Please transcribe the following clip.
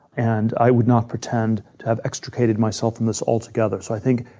and i would not pretend to have extricated myself from this all together. so i think,